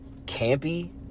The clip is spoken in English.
campy